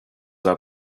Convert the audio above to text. are